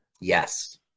Yes